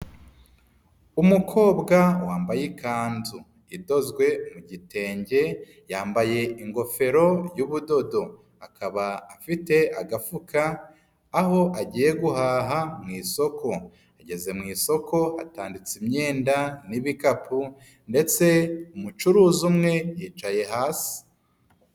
umukobwa wambaye ikanzu, idozwe mu gitenge, yambaye ingofero y'ubudodo, akaba afite agafuka, aho agiye guhaha mu isoko, ageze mu isoko, atanditse imyenda n'ibikapu ndetse umucuruzi umwe, yicaye hasi.